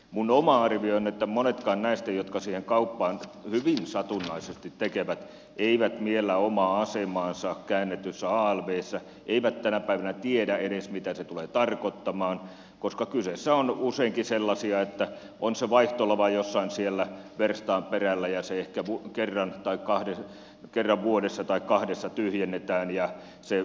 minun oma arvioni on että monetkaan näistä jotka sitä kauppaa hyvin satunnaisesti tekevät eivät miellä omaa asemaansa käännetyssä alvssä eivät tänä päivänä tiedä edes mitä se tulee tarkoittamaan koska kyseessä ovat useinkin sellaiset että on se vaihtolava jossain verstaan perällä ja se ehkä kerran vuodessa tai kahdessa tyhjennetään ja myydään